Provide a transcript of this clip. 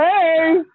Hey